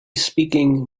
speaking